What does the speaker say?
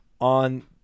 on